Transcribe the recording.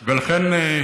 ולכן,